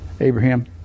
Abraham